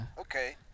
okay